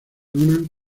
unen